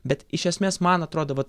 bet iš esmės man atrodo vat